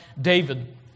David